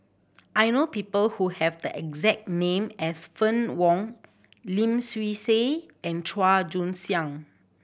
I know people who have the exact name as Fann Wong Lim Swee Say and Chua Joon Siang